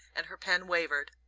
and her pen wavered.